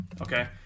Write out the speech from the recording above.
okay